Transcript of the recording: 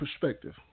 perspective